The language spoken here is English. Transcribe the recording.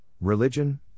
religion